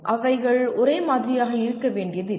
அவைகள் ஒரே மாதிரியாக இருக்க வேண்டியதில்லை